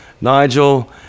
Nigel